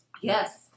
Yes